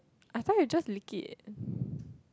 I thought you just lick it